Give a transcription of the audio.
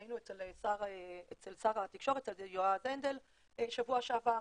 היינו אצל שר התקשורת יועז הנדל בשבוע שעבר,